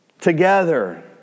Together